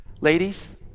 ladies